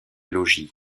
logis